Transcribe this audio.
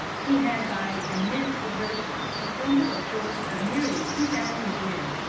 he had by immense exertions assembled a force of nearly two thousand men.